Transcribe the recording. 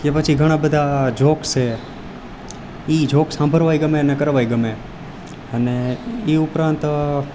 કે પછી ઘણાં બધાં જોક છે એ જોક્સ સાંભળવા ય ગમે ને કરવા ય ગમે અને આ ઉપરાંત